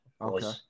okay